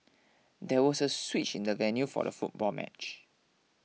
there was a switch in the venue for the football match